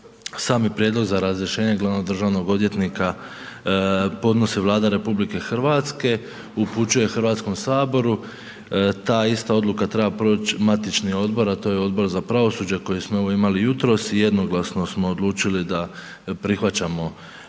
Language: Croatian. sami prijedlog za razrješenje glavnog državnog odvjetnika podnosi Vlada RH, upućuje HS, ta ista odluka treba proć matični odbor, a to je Odbor za pravosuđe koji smo evo imali jutros i jednoglasno smo odlučili da prihvaćamo upravo